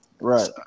right